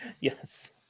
Yes